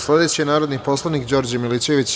Sledeći je narodni poslanik Đorđe Milićević.